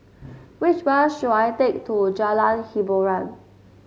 which bus should I take to Jalan Hiboran